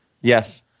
Yes